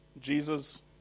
Jesus